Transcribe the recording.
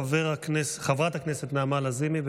חברת הכנסת נעמה לזימי,